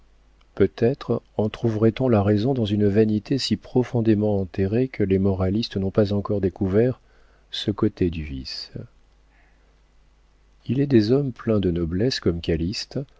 peut-être en trouverait-on la raison dans une vanité si profondément enterrée que les moralistes n'ont pas encore découvert ce côté du vice il est des hommes pleins de noblesse comme